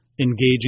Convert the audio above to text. engaging